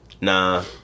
nah